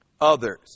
others